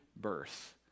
birth